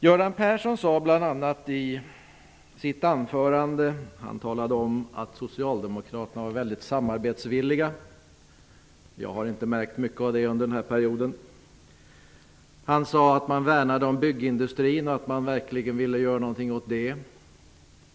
Göran Persson talade i sitt anförande bl.a. om att socialdemokraterna är mycket samarbetsvilliga. Jag har inte märkt mycket av det under den här perioden. Han sade att man värnar om byggindustrin och verkligen vill göra något för den.